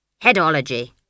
headology